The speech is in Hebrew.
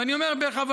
ואני אומר בכוונה,